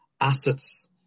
assets